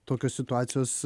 tokios situacijos